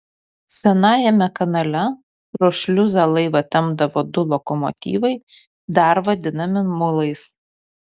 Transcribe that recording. senajame kanale pro šliuzą laivą tempdavo du lokomotyvai dar vadinami mulais